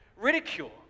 ridicule